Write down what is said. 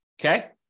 okay